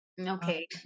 Okay